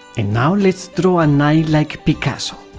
and now let's draw an eye like picasso.